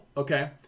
Okay